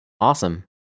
Awesome